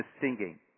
singing